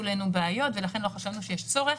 אלינו בעיות ולכן לא חשבנו שיש צורך.